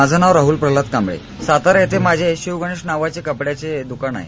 माझ नाव राहल प्रल्हाद कांबळे सातारा श्रिं माझं शिवगणेश नावाचं कपड्याचं दुकान आहे